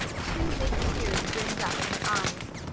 two big tears brimmed up in her eyes.